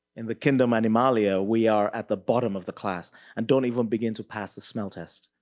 in the kingdom animalia we are at the bottom of the class and don't even begin to pass the smell test.